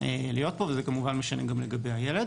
להיות פה וזה משנה גם לגבי הילד.